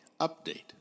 Update